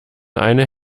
eine